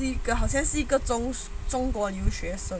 是个好像是一个各种中国留学生